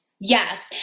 Yes